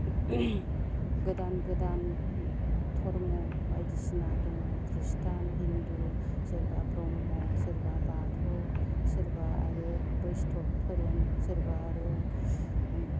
गोदान गोदान धर्म बायदिसिना दङ ख्रिस्टान हिन्दु सोरबा ब्रह्म सोरबा बाथौ सोरबा आरो बैष्णब धोरोम सोरबा आरो